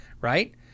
right